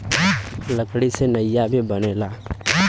लकड़ी से नईया भी बनेला